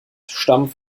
stammen